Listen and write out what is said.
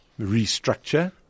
restructure